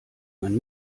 man